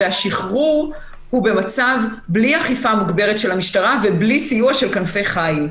והשחרור הוא בלי אכיפה מוגברת של המשטרה ובלי סיוע של "כנפי חיל".